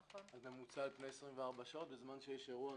אז ממוצע על פני 24 שעות בזמן שיש אירוע,